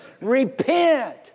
Repent